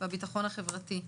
והביטחון החברתי.